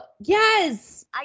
yes